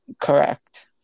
Correct